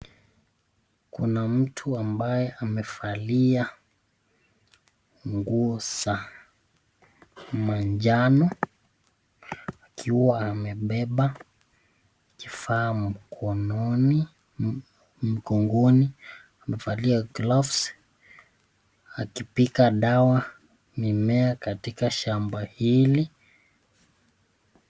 Kuna mtu ambaye amevalia nguo za manjano akiwa amebeba kifaa mkononi , mgongoni , amevalia gloves akipiga dawa , mimea katika shamba hili .